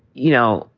you know,